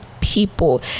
people